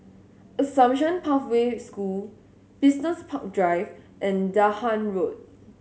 Assumption Pathway School Business Park Drive and Dahan Road